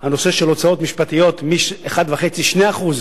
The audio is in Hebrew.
הנושא של הוצאות משפטיות מ-1.5%, 2%,